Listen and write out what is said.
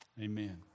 Amen